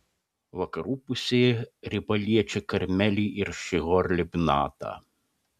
vakarų pusėje riba liečia karmelį ir šihor libnatą